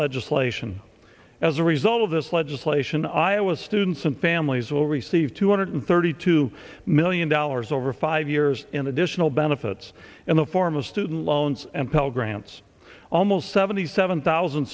legislation as a result of this legislation iowa students and families will receive two hundred thirty two million dollars over five years in additional benefits in the form of student loans and pell grants almost seventy seven thousand